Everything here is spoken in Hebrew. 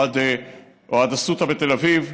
או עד אסותא בתל אביב,